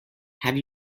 have